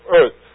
earth